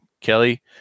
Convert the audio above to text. Kelly